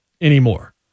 anymore